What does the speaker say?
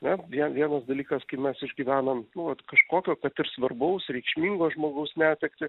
ne vie vienas dalykas kai mes išgyvenam nu vat kažkokio kad ir svarbaus reikšmingo žmogaus netektį